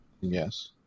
Yes